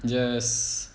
just